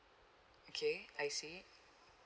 okay I see